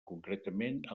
concretament